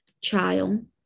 child